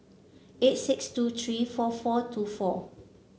eight six two three four four two four